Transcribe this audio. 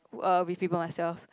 w~ uh with people myself